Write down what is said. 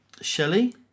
Shelley